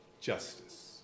justice